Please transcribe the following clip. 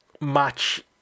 match